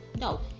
no